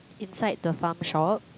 inside the Farm Shop